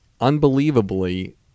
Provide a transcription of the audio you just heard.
unbelievably